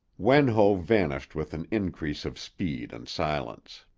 wen ho vanished with an increase of speed and silence.